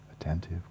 attentive